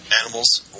Animals